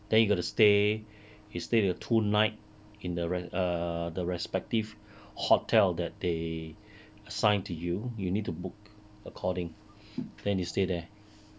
then you got to stay stay a two night in the re~ err respective hotel that they assigned to you you need to book according then you stay there